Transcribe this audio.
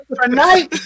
Tonight